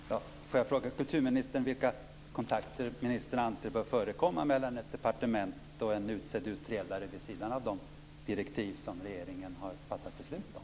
Fru talman! Får jag fråga kulturministern vilka kontakter ministern anser bör förekomma mellan ett departement och en utsedd utredare vid sidan av de direktiv som regeringen har fattat beslut om.